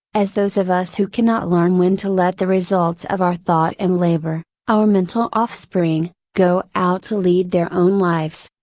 as those of us who cannot learn when to let the results of our thought and labor, our mental offspring, go out to lead their own lives.